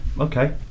okay